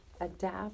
adapt